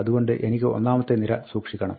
അതുകൊണ്ട് എനിക്ക് ഒന്നാമത്തെ നിര സൂക്ഷിക്കണം